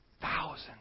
thousands